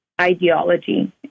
ideology